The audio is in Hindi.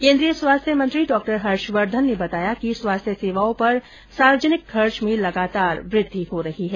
केन्द्रीय स्वास्थ्य मंत्री डॉक्टर हर्षवर्धन ने बताया कि स्वास्थ्य सेवाओं पर सार्वजनिक खर्च में लगातार वृद्धि हो रही है